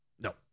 No